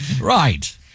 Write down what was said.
right